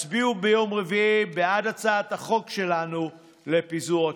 הצביעו ביום רביעי בעד הצעת החוק שלנו לפיזור הכנסת.